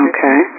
Okay